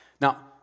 Now